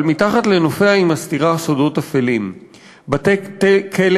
אבל מתחת לנופיה היא מסתירה סודות אפלים: בתי-כלא